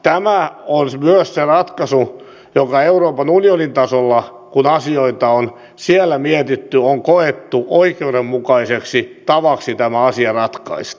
tämä on myös se ratkaisu joka euroopan unionin tasolla kun asioita on siellä mietitty on koettu oikeudenmukaiseksi tavaksi tämä asia ratkaista